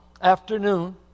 afternoon